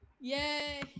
Yay